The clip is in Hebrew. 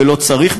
ולא צריך,